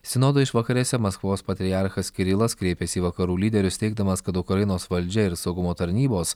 sinodo išvakarėse maskvos patriarchas kirilas kreipėsi į vakarų lyderius teigdamas kad ukrainos valdžia ir saugumo tarnybos